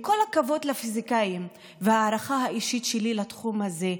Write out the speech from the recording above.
עם כל הכבוד לפיזיקאים וההערכה האישית שלי לתחום הזה,